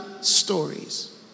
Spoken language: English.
stories